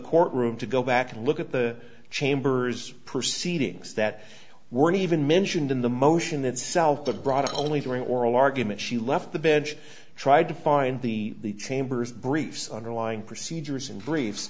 courtroom to go back and look at the chambers proceedings that weren't even mentioned in the motion itself that brought only three oral argument she left the bench tried to find the chambers briefs underlying procedures and br